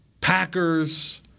Packers